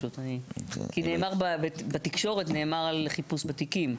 כי נאמר בתקשורת על חיפוש בתיקים.